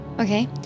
Okay